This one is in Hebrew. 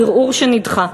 ערעור שנדחה.